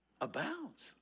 abounds